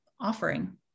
offering